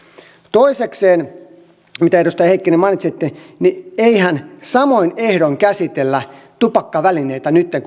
toisekseen mitä edustaja heikkinen mainitsitte niin eihän samoin ehdoin käsitellä tupakkavälineitä nytten